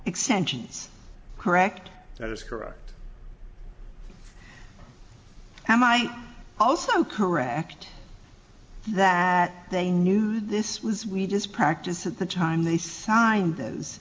extensions correct that is correct and i also correct that they knew this was we just practiced at the time they signed those